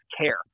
care